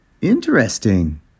Interesting